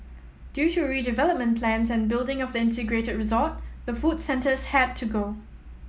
due to redevelopment plans and building of the integrated resort the food centres had to go